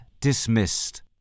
dismissed